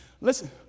Listen